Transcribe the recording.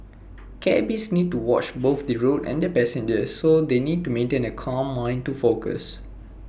cabbies need to watch both the road and their passengers so they need to maintain A calm mind to focus